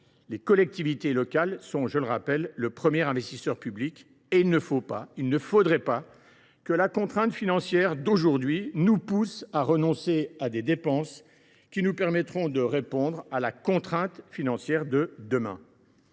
Les collectivités locales sont, je le rappelle, le premier investisseur public, et il ne faudrait pas que la contrainte financière d’aujourd’hui nous pousse à renoncer à des dépenses qui nous permettront de répondre à la contrainte financière de demain.